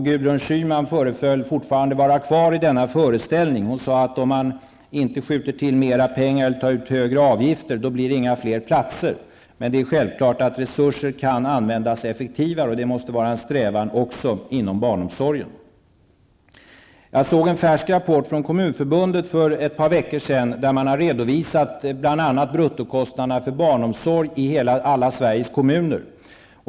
Gudrun Schyman förefaller fortfarande vara kvar i denna föreställning. Hon sade att om man inte tillskjuter mer pengar utan tar ut högre avgifter, blir det inga fler platser. Det är självklart att resurserna kan användas effektivare. Detta måste vara en strävan också inom barnomsorgen. Jag såg en färsk rapport från Kommunförbundet för ett par veckor sedan där man redovisade bl.a. bruttokostnaderna för barnomsorgen i alla Sveriges kommuner.